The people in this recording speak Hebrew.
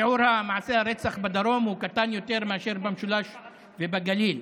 שיעור מעשי הרצח בדרום קטן יותר מאשר במשולש ובגליל.